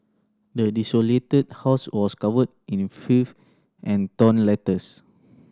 the house was covered in filth and torn letters